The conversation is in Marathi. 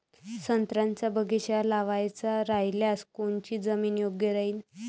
संत्र्याचा बगीचा लावायचा रायल्यास कोनची जमीन योग्य राहीन?